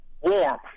Warm